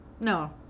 No